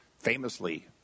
Famously